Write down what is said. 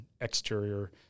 exterior